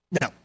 No